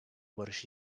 barış